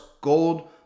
gold